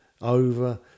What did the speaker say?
over